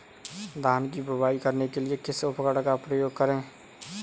धान की बुवाई करने के लिए किस उपकरण का उपयोग करें?